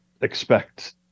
expect